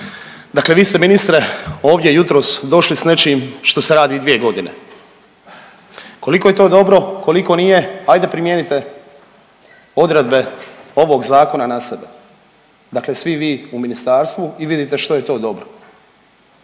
Dakle vi ste ministre ovdje jutros došli s nečim što se radi dvije godine. Koliko je to dobro, koliko nije, ajde primijenite odredbe ovog Zakona na, dakle svi vi u Ministarstvu i vidite što je to dobro